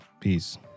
Peace